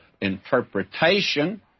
interpretation